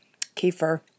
kefir